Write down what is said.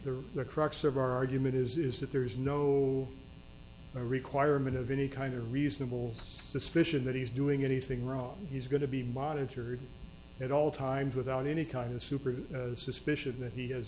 the the crux of our argument is is that there is no requirement of any kind of reasonable suspicion that he's doing anything wrong he's going to be monitored at all times without any kind of super suspicion that he has